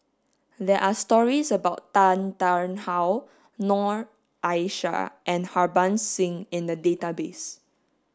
there are stories about Tan Tarn How Noor Aishah and Harbans Singh in the database